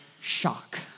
shock